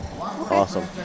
Awesome